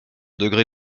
degré